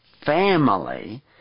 family